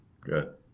Good